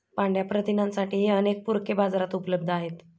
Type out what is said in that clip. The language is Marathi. पांढया प्रथिनांसाठीही अनेक पूरके बाजारात उपलब्ध आहेत